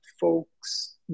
folks